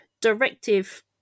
directive